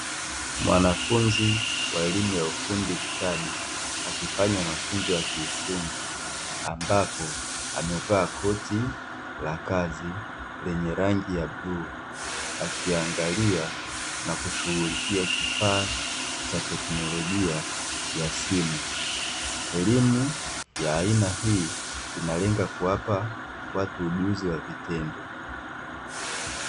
Mwanafunzi wa elimu ya ufundi stadi, akifanya mafunzo ya kiufundi, ambapo amevaa koti la kazi lenye rangi ya bluu, akiangalia na kushughulikia kifaa cha teknolojia ya simu. Elimu ya aina hii inalenga kuwapa watu ujuzi wa vitendo.